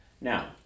Now